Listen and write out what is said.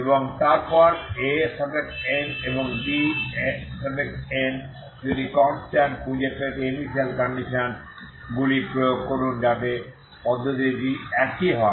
এবং তারপরে An এবং Bn দুটি কনস্ট্যান্ট খুঁজে পেতে ইনিশিয়াল কন্ডিশনস গুলি প্রয়োগ করুন যাতে পদ্ধতিটি একই হয়